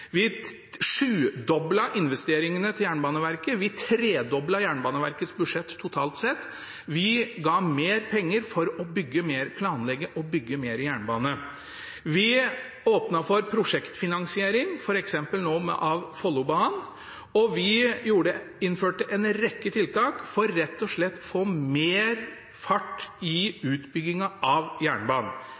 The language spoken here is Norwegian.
Vi sjudoblet investeringene til Jernbaneverket, vi tredoblet Jernbaneverkets budsjett totalt sett, vi ga mer penger for å planlegge og bygge mer jernbane. Vi åpnet for prosjektfinansiering, f.eks. av Follobanen, og vi innførte en rekke tiltak for rett og slett å få mer fart i utbyggingen av jernbanen,